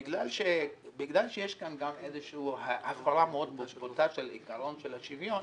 בגלל שיש כאן גם איזושהי הפרה מאוד בוטה של עיקרון של השוויון,